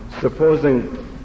Supposing